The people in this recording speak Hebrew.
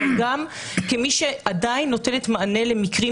אבל גם כמי שעדיין נותנת מענה למקרים